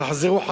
תחזרו.